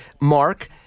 Mark